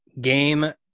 Game